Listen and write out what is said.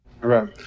right